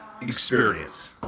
experience